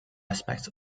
aspect